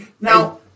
Now